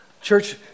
Church